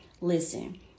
listen